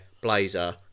blazer